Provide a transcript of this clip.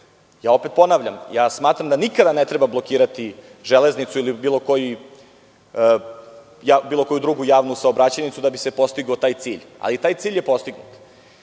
uspeo. Opet ponavljam, smatram da nikada ne treba blokirati železnicu i bilo koju drugu javnu saobraćajnicu da bi se postigao taj cilj, ali taj cilj je postignut.